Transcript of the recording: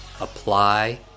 apply